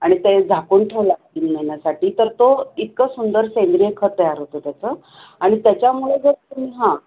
आणि ते झाकून ठेवलं तीन महिन्यासाठी तर तो इतकं सुंदर सेंद्रिय खत तयार होतं त्याचं आणि त्याच्यामुळे जर तुम्ही हां